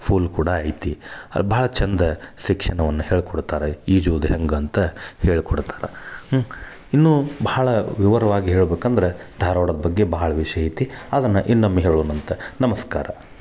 pool ಕೂಡ ಐತಿ ಅದು ಭಾಳ ಚಂದ ಶಿಕ್ಷಣವನ್ನ ಹೇಳಿಕೊಡ್ತಾರೆ ಈಜುವುದು ಹೆಂಗೆ ಅಂತ ಹೇಳ್ಕೊಡ್ತಾರೆ ಹ್ಞೂ ಇನ್ನೂ ಭಾಳ ವಿವರವಾಗಿ ಹೇಳ್ಬೇಕಂದ್ರೆ ಧಾರ್ವಾಡದ ಬಗ್ಗೆ ಭಾಳ ವಿಷಯ ಐತಿ ಅದನ್ನು ಇನ್ನೊಮ್ಮೆ ಹೇಳುಣಂತ ನಮಸ್ಕಾರ